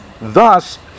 thus